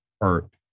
hurt